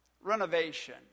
renovation